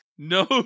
No